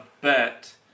bet